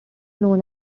known